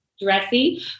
dressy